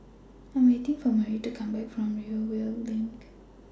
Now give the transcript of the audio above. I Am waiting For Marie to Come Back from Rivervale LINK